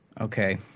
Okay